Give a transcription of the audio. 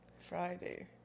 Friday